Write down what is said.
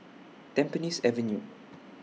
Tampines Avenue